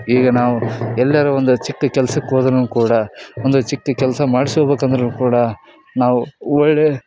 ಈಗ ನಾವು ಎಲ್ಲರೂ ಒಂದು ಚಿಕ್ಕ ಕೆಲ್ಸಕ್ಕೆ ಹೋದರೂನು ಕೂಡ ಒಂದು ಚಿಕ್ಕ ಕೆಲಸ ಮಾಡ್ಸೊಳ್ಬೇಕಂದ್ರು ಕೂಡ ನಾವು ಒಳ್ಳೆ